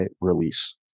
release